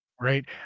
right